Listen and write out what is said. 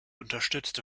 unterstützte